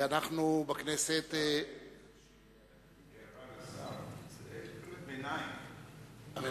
הערה לשר, אין קריאות ביניים.